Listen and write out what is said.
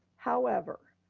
however,